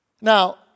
Now